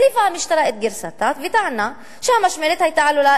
החליפה המשטרה את גרסתה וטענה שהמשמרת עלולה